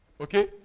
Okay